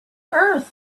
earth